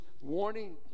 warning